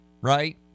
right